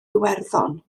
iwerddon